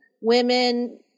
women